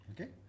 Okay